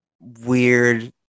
weird